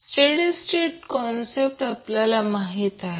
state analysis concept आपल्याला माहिती आहे